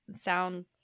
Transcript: Sound